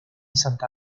santa